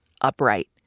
upright